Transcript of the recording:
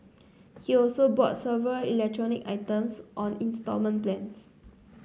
he also bought several electronic items on instalment plans